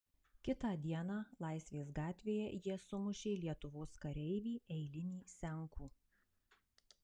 kitą dieną laisvės gatvėje jie sumušė lietuvos kareivį eilinį senkų